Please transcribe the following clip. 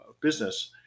business